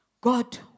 God